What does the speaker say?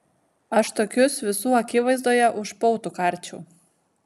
aš tokius visų akivaizdoje už pautų karčiau